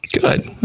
Good